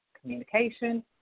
communication